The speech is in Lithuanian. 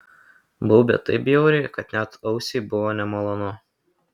baubė taip bjauriai kad net ausiai buvo nemalonu